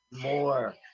more